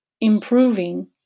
improving